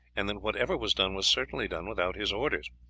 and that whatever was done was certainly done without his orders.